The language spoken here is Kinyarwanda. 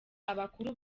abakuru